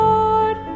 Lord